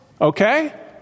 okay